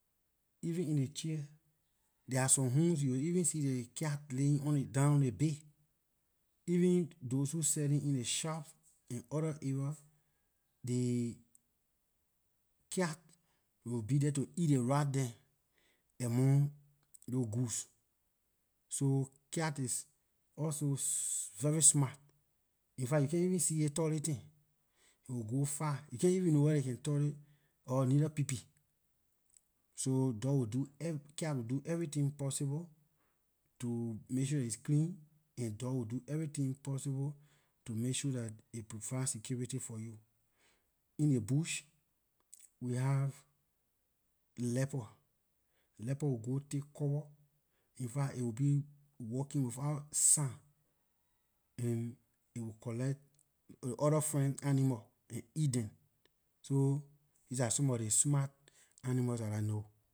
Even in ley chair, there are some homes you will even see ley cat laying down on ley bed, even those who selling in ley shop and other areas, dey cat will be there to eat ley rat dem among those goods so cat is also very smart, infact you can't even see it toileting it will go far, you can't even know whether toilet or neither pee pee so dog will do ever cat will do everything possible to make its clean and dog will do everything possible to make sure dat it provides security for you. In ley bush, we have leopard, leopard will go take cover infact it will be walking without sound and it will collect aay orda friend animals and eat them, so these are some of ley smart animal dah I know.